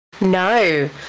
No